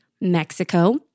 Mexico